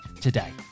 today